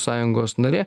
sąjungos narė